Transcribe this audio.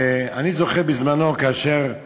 אני זוכר בזמנו, כאשר הביאו,